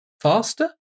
faster